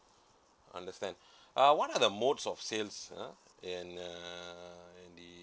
understand uh what are the mode of sales uh and uh and the